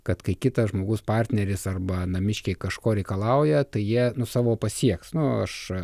kad kai kitas žmogus partneris arba namiškiai kažko reikalauja tai jie nu savo pasieks nu aš